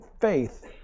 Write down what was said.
faith